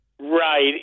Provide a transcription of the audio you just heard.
Right